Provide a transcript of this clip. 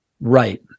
Right